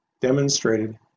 demonstrated